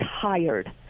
tired